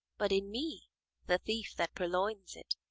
but in me the thief that purloins it.